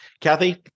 Kathy